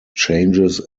changes